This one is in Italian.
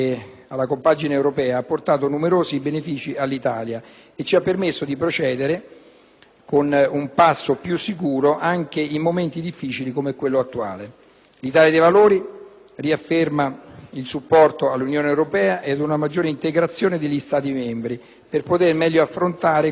con un passo più sicuro anche in momenti difficili come quello attuale. L'Italia dei Valori riafferma il sostegno all'Unione europea ed una maggiore integrazione degli Stati membri per poter meglio affrontare questioni che sempre di meno riuscirebbero ad essere gestibili a livello nazionale.